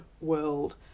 world